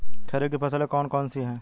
खरीफ की फसलें कौन कौन सी हैं?